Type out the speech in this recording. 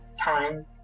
time